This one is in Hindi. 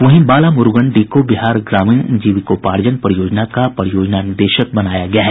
वहीं बाला मुरुगन डी को बिहार ग्रामीण जीविकोपार्जन परियोजना का परियोजना निदेशक बनाया गया है